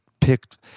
picked